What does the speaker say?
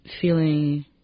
feeling